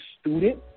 student